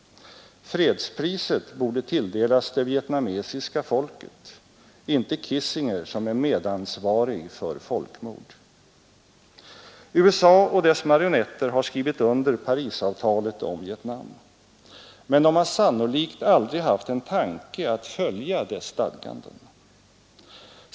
Fredspriset borde tilldelas det vietnamesiska folket, inte Kissinger som är medansvarig för folkmord. USA och dess marionetter har skrivit under Parisavtalet om Vietnam. Men de har sannolikt aldrig haft en tanke på att följa dess stadganden.